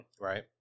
Right